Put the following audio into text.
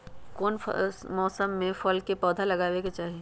कौन मौसम में फल के पौधा लगाबे के चाहि?